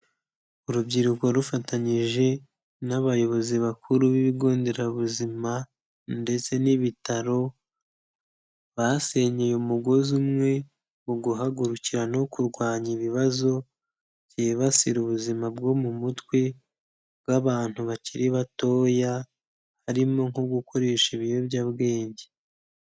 Urubyiruko rufatanyije n'abayobozi bakuru b'ibigo nderabuzima, ndetse n'ibitaro, basenyeye umugozi umwe mu guhagurukira no kurwanya ibibazo byibasira ubuzima bwo mu mutwe, bw'abantu bakiri batoya, harimo nko gukoresha ibiyobyabwenge.